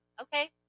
Okay